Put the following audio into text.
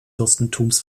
fürstentums